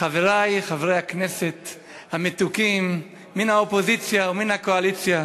חברי חברי הכנסת המתוקים מן האופוזיציה ומן הקואליציה,